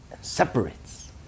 separates